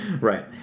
right